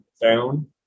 down